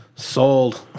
Sold